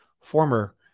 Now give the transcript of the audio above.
former